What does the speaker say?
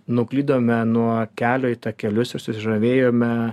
nuklydome nuo kelio į takelius ir susižavėjome